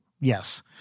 Yes